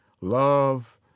love